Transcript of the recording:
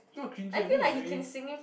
not cringy I think it's very